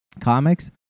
comics